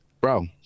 bro